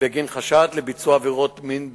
בגין חשד לביצוע עבירות מין בקטינים.